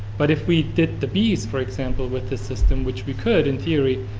but if we did the bees, for example, with this system, which we could in theory,